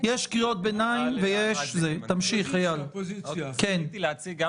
יש קריאות ביניים ויש --- זכיתי להציג גם